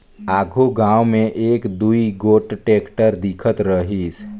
आघु गाँव मे एक दुई गोट टेक्टर दिखत रहिस